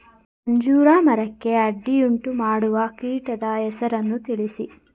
ಅಂಜೂರ ಮರಕ್ಕೆ ಅಡ್ಡಿಯುಂಟುಮಾಡುವ ಕೀಟದ ಹೆಸರನ್ನು ತಿಳಿಸಿ?